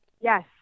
Yes